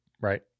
Right